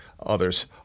others